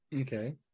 Okay